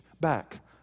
back